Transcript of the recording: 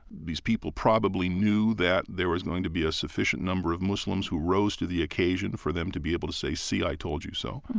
these people probably knew that there was going to be a sufficient number of muslims who rose to the occasion for them to be able to say, see, i told you so.